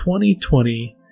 2020